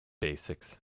Basics